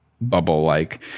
bubble-like